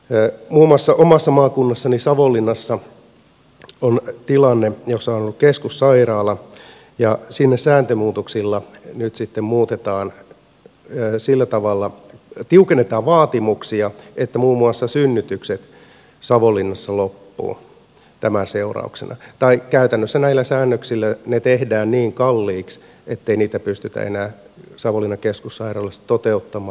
muun muassa omassa maakunnassani savonlinnassa on tilanne jossa keskussairaalan sääntömuutoksilla nyt sitten tiukennetaan sillä tavalla vaatimuksia että muun muassa synnytykset savonlinnassa loppuvat tämän seurauksena tai käytännössä näillä säännöksillä ne tehdään niin kalliiksi ettei niitä pystytä enää savonlinnan keskussairaalassa toteuttamaan